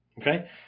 okay